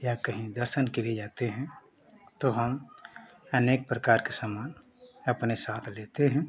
या कहीं दर्शन के लिए जाते हैं तो हम अनेक प्रकार के सामान अपने साथ लेते हैं